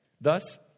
thus